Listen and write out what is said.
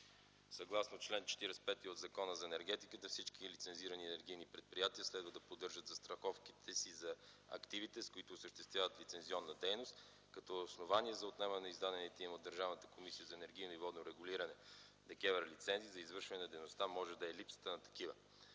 Съгласно чл. 45 от Закона за енергетиката всички лицензирани енергийни предприятия следва да поддържат застраховките си за активите, с които осъществяват лицензионна дейност, като основание за отнемане издадените им от Държавната комисия за енергийно и водно регулиране (ДКЕВР) лицензи за извършване на дейността, може да е липсата на такива.